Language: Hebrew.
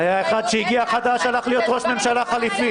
היה אחד שהגיע חדש, הלך להיות ראש ממשלה חליפי